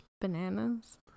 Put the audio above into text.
bananas